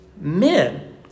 men